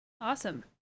Awesome